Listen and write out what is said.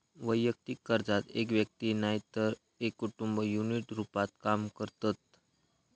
वैयक्तिक कर्जात एक व्यक्ती नायतर एक कुटुंब युनिट रूपात काम करतत